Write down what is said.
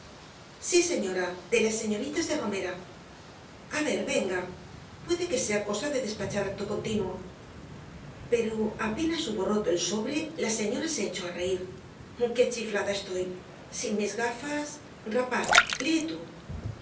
sí señora de las señoritas de romera a ver venga puede que sea cosa de despachar acto continuo pero apenas hubo roto el sobre la señora se echó á reir qué chiflada estoy sin mis gafas rapaz lee tú